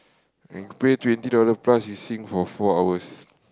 and pay twenty dollars plus you sing for four hours